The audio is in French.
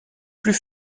plus